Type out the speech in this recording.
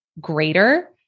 greater